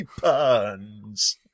puns